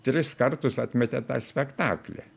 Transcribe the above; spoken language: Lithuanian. tris kartus atmetė tą spektaklį